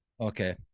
Okay